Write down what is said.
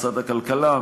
משרד הכלכלה,